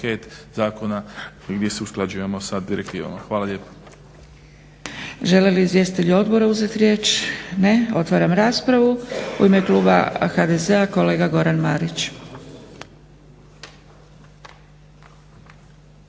zakona gdje se usklađujemo sa direktivama. Hvala lijepo. **Zgrebec, Dragica (SDP)** Žele li izvjestitelji Odbora uzet riječ? Ne. Otvaram raspravu. U ime Kluba HDZ-a kolega Goran Marić.